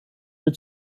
mir